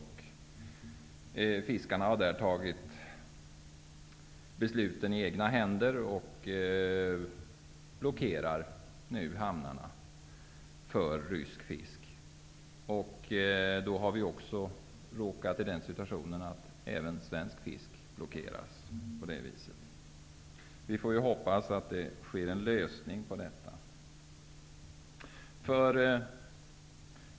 Fiskarna där har tagit besluten i egna händer och blockerar nu hamnarna för rysk fisk. Vi har också råkat i den situationen att även svensk fisk på detta vis blockeras. Vi får hoppas att det blir en lösning på detta.